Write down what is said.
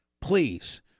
please